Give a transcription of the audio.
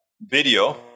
video